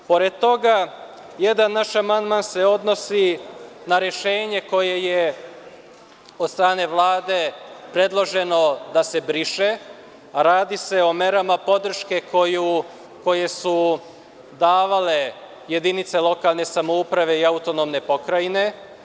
Pored toga, jedan naš amandman se odnosi na rešenje koje je od strane Vlade predloženo da se briše, a radi se o merama podrške koje su davale jedinice lokalne samouprave i AP.